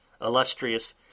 illustrious